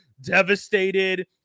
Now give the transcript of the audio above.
devastated